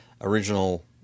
original